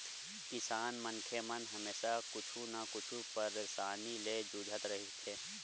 किसान मनखे मन हमेसा कुछु न कुछु परसानी ले जुझत रहिथे